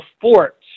fort